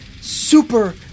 super